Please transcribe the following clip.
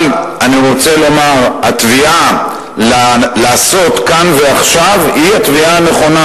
אבל התביעה לעשות כאן ועכשיו היא התביעה הנכונה,